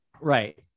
Right